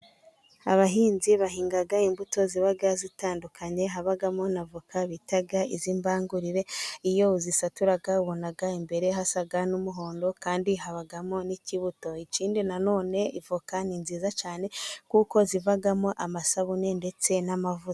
Abahinzi bahinga imbuto ziba zitandukanye habamo na voka bita izimbangurire, iyo uzisatuye ubona imbere hasa n'umuhondo, kandi habamo n'ikibuto. Ikindi na none voka ni nziza cyane, kuko zivamo amasabune ndetse n'amavuta.